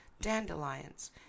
dandelions